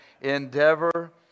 endeavor